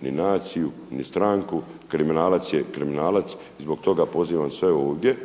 ni naciju, ni stranku. Kriminalac je kriminalac. Zbog toga pozivam sve ovdje